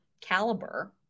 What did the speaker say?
caliber